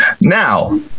Now